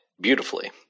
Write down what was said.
beautifully